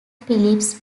phillips